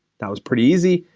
that was pretty easy.